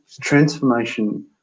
transformation